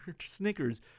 Snickers